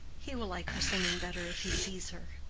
he will like her singing better if he sees her.